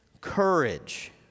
courage